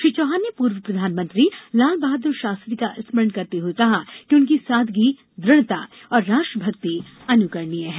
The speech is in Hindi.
श्री चौहान ने पूर्व प्रधानमंत्री लाल बहादुर शास्त्री का स्मरण करते हुए कहा कि उनकी सादगी द्रढ़ता और राष्ट्रभक्ति अनुकरणीय है